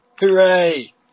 Hooray